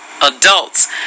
adults